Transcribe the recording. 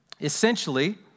Essentially